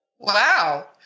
Wow